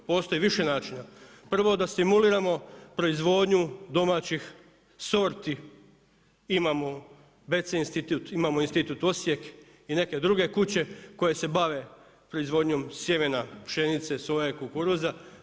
Postoji i više načina, prvo da stimuliramo proizvodnju domaćih sorti, imamo BC institut, imamo Institut Osijek i neke druge kuće koje se bave proizvodnjom sjemena, pšenice, soje, kukuruza.